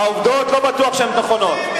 העובדות, לא בטוח שהן נכונות.